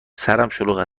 شلوغ